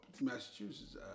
Massachusetts